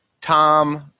Tom